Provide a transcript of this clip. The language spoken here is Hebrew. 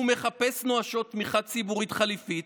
הוא מחפש נואשות תמיכה ציבורית חליפית.